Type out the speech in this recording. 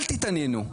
אל תתעניינו.